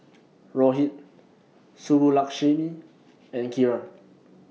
Rohit Subbulakshmi and Kiran